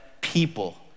people